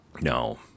No